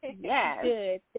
Yes